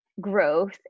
growth